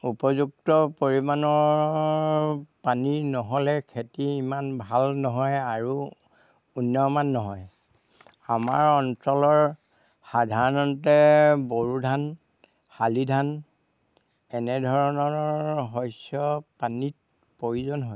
উপযুক্ত পৰিমাণৰ পানী নহ'লে খেতি ইমান ভাল নহয় আৰু উন্নতমান নহয় আমাৰ অঞ্চলৰ সাধাৰণতে বড়ো ধান শালি ধান এনেধৰণৰ শস্য পানীত প্ৰয়োজন হয়